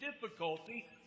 difficulty